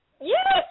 Yes